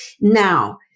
Now